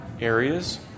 areas